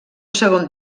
segon